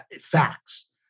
facts